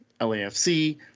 LAFC